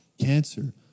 Cancer